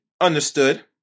understood